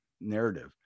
narrative